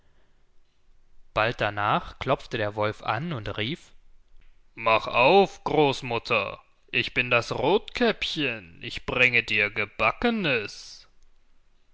bald darnach klopfte der wolf an und rief mach auf großmutter ich bin das rothkäppchen ich bring dir gebackenes